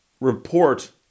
report